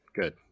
Good